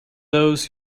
those